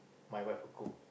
my wife will cook